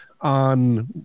on